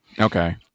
Okay